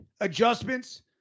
adjustments